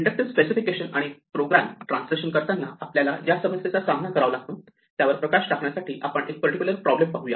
inductive specifications आणि program translation करताना आपल्याला ज्या समस्येचा सामना करावा लागतो त्यावर प्रकाश टाकण्यासाठी आपण एक पर्टिक्युलर प्रॉब्लेम पाहूया